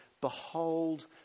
behold